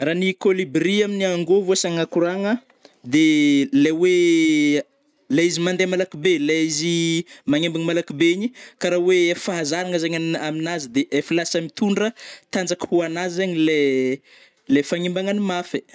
Ra ny kôlibria amin'ny angôvo asiagna koragna, de lai oe, le izy mandeha malaky be, lai izy magnembagna malaky be igny karaha oe ef'ahazaragna zegny amina-aminazy de efa lasa mitondra tanjaka ho anazy zegny lai, lai fagnimbagnany mafy ai.